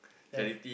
right